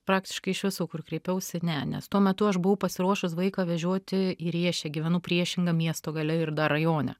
praktiškai iš visų kur kreipiausi ne nes tuo metu aš buvau pasiruošus vaiką vežioti į riešę gyvenu priešingam miesto gale ir dar rajone